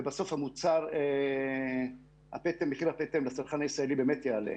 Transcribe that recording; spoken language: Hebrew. ובסוף מחיר הפטם לצרכן הישראלי באמת יעלה.